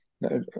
No